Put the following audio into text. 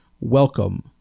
welcome